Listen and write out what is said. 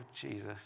Jesus